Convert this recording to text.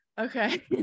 okay